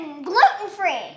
Gluten-free